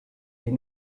est